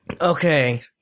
Okay